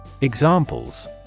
Examples